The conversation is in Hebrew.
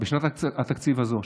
בשנת התקציב הזו,